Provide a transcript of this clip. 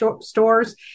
stores